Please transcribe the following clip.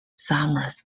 summers